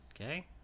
okay